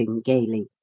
gaily